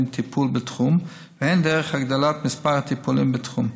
טיפול בתחום והן דרך הגדלת מספר הטיפולים בתחום.